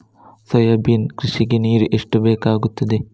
Soybean ಕೃಷಿಗೆ ನೀರು ಎಷ್ಟು ಬೇಕಾಗುತ್ತದೆ?